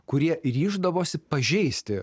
kurie ryždavosi pažeisti